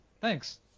thanks